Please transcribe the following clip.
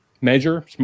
measure